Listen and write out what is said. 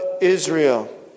Israel